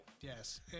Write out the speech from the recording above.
Yes